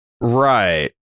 right